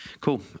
Cool